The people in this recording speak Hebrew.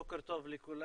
בוקר טוב לכולם.